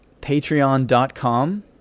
patreon.com